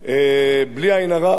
בלי עין הרע,